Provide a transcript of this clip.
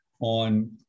on